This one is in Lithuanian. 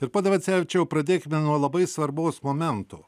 ir pone vansevičiau pradėkime nuo labai svarbaus momento